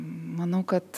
manau kad